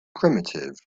primitive